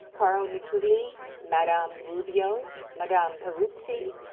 carl mikuli, madame rubio, madame peruzzi,